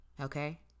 Okay